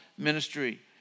ministry